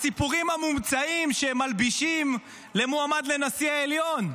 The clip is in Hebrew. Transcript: הסיפורים המומצאים שהם מלבישים על המועמד לנשיא העליון.